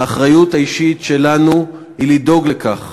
האחריות האישית שלנו היא לדאוג לכך.